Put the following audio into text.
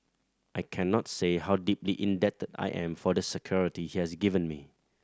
I cannot say how deeply indebted I am for the security he has given me